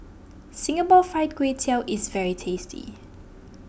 Singapore Fried Kway Tiao is very tasty